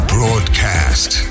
Broadcast